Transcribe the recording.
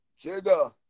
Jigga